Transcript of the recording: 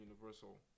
universal